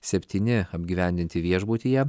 septyni apgyvendinti viešbutyje